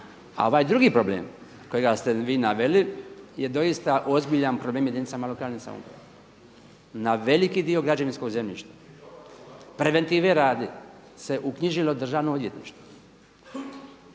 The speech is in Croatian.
A ovaj drugi problem kojega ste vi naveli je doista ozbiljan problem jedinicama lokalne samouprave. Na veliki građevinskog zemljišta preventive radi se uknjižilo državno odvjetništvo,